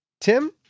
Tim